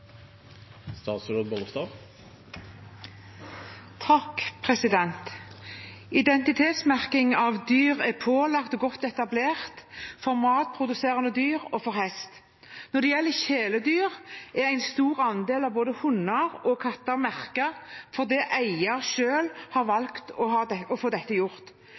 pålagt og godt etablert for matproduserende dyr og for hest. Når det gjelder kjæledyr, er en stor andel av både hunder og katter merket fordi eier selv har valgt å få dette gjort.